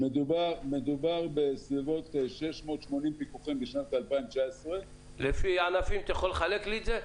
מדובר בסביבות 680 פיקוחים בשנת 2019. לפי הענפים אתה יכול לחלק לי את זה?